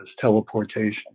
teleportation